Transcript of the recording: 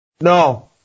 No